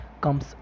comes